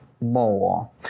more